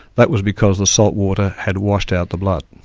that was because the saltwater had washed out the blood.